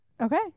okay